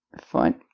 Fine